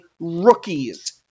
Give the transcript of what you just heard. rookies